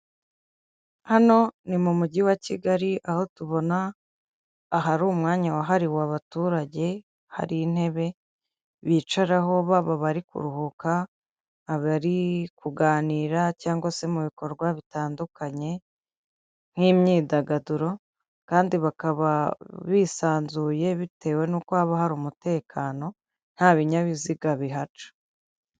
Hano ni mu mujyi wa Kigali, aho tubona ahari umwanya wahariwe abaturage, hari intebe bicaraho, baba abari kuruhuka, abari kuganira, cyangwa se mu bikorwa bitandukanye, nk'imyidagaduro, kandi bakaba bisanzuye bitewe n'uko haba hari umutekano, nta binyabiziga bihaca.